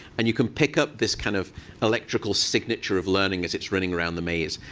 and you can pick up this kind of electrical signature of learning as it's running around the maze.